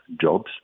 jobs